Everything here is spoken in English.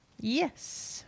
Yes